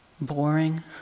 boring